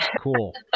cool